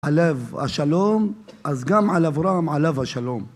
עליו השלום, אז גם על אברהם עליו השלום.